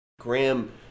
Graham